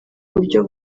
buryo